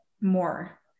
more